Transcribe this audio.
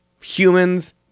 humans